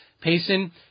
Payson